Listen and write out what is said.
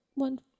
one